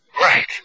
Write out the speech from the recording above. Right